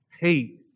hate